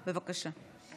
בבקשה.